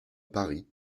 paris